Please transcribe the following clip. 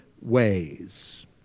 ways